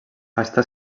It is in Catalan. està